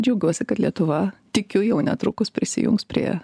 džiaugiuosi kad lietuva tikiu jau netrukus prisijungs prie